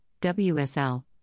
WSL